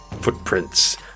footprints